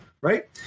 Right